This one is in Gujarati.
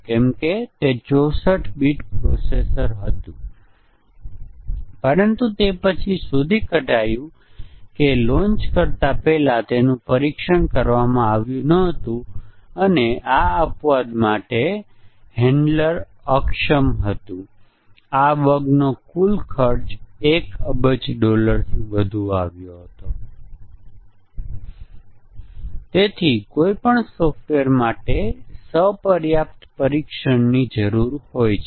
કવરેજ આધારિત ટેસ્ટીંગ ટેકનીકો અને છેવટે એકવાર જ્યારે આપણે મોટી સંખ્યામાં મ્યુટન્ટ પેદા કરી લઈએ ત્યારે આપણે કહીએ છીએ કે આપણું મ્યુટેશન ટેસ્ટીંગ પૂર્ણ થયું છે અને સદભાગ્યે મ્યુટન્ટ પર ટેસ્ટીંગ ના કેસો ચલાવતા મ્યુટન્ટ નું નિર્માણ મોટા પ્રમાણમાં સ્વચાલિત થઈ શકે છે